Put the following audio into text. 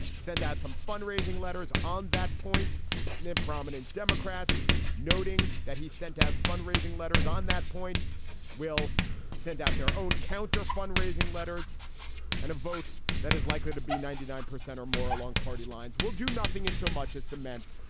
send out some fundraising letters on that point. and then prominent democrats noting that he sent out fundraising letters on that point will send out their own counter fundraising letters and a vote that is likely to be ninety nine percent or more along party lines will do nothing in so much as cement.